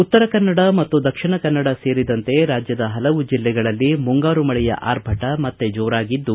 ಉತ್ತರ ಕನ್ನಡ ಮತ್ತು ದಕ್ಷಿಣ ಕನ್ನಡ ಸೇರಿದಂತೆ ರಾಜ್ಯದ ಹಲವು ಜಿಲ್ಲೆಗಳಲ್ಲಿ ಮುಂಗಾರು ಮಳೆಯ ಆರ್ಭಟ ಮತ್ತೆ ಜೋರಾಗಿದ್ದು